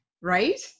right